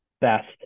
best